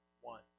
one